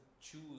choose